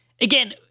again